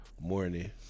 morning